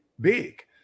big